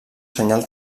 senyal